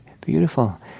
Beautiful